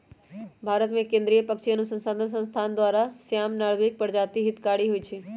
भारतमें केंद्रीय पक्षी अनुसंसधान संस्थान द्वारा, श्याम, नर्भिक प्रजाति हितकारी होइ छइ